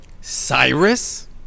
Cyrus